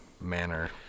manner